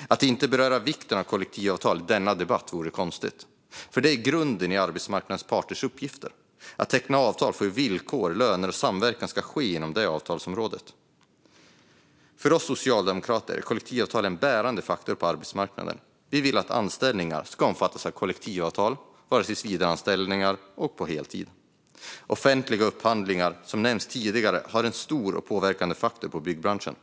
och att inte beröra vikten av kollektivavtal i denna debatt vore konstigt. Det är nämligen grunden i arbetsmarknadens parters uppgifter - att teckna avtal för hur villkor, löner och samverkan ska ske inom det avtalsområdet. För oss socialdemokrater är kollektivavtal en bärande faktor på arbetsmarknaden. Vi vill att anställningar ska omfattas av kollektivavtal, vara tillsvidareanställningar och vara på heltid. Offentliga upphandlingar har som jag nämnde tidigare stor påverkan på byggbranschen.